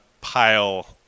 pile